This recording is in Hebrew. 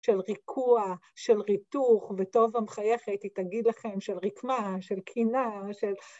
של ריקוע, של ריתוך, וטוב המחייך הייתי תגיד לכם, של רקמה, של כינה, של...